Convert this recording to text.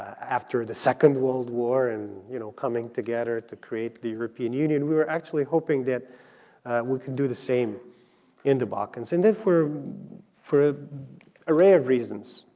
after the second world war and you know coming together to create the european union. we were actually hoping that we can do the same in the balkans, and then for a array of reasons,